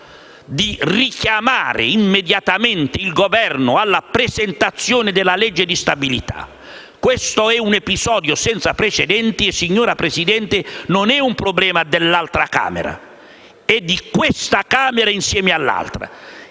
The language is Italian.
di richiamare immediatamente il Governo alla presentazione della legge di stabilità. Questo è un episodio senza precedenti. Signora Presidente, non è un problema dell'altra Camera, bensì di questa Camera insieme all'altra.